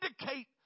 indicate